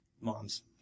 moms